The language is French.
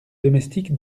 domestique